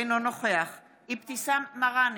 אינו נוכח אבתיסאם מראענה,